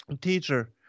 teacher